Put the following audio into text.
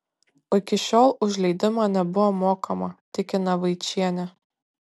iki šiol už leidimą nebuvo mokama tikina vaičienė